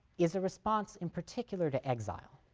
is a response in particular to exile,